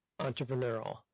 entrepreneurial